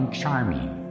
charming